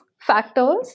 factors